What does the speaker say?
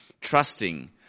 trusting